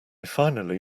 finally